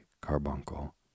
Carbuncle